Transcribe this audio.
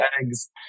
eggs